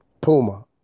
Puma